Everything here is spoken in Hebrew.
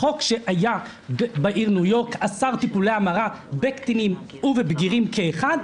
החוק שהיה בעיר ניו יורק אסר טיפולי המרה בקטינים ובבגירים כאחד,